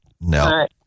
No